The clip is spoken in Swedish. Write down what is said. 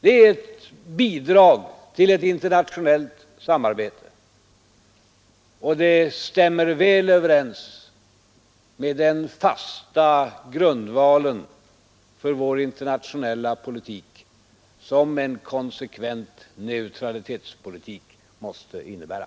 Det är ett bidrag till ett internationellt samarbete, och det stämmer väl överens med den fasta grundval för vår internationella politik som en konsekvent neutralitetspolitik måste innebära.